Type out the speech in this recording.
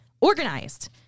organized